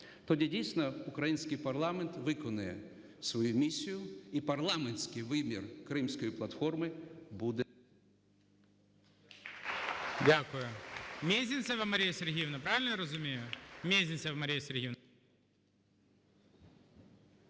Тоді, дійсно, український парламент виконає свою місію і парламентський вимір Кримської платформи буде… ГОЛОВУЮЧИЙ. Дякую. Мезенцева Марія Сергіївна, правильно я розумію? Мезенцева Марія Сергіївна.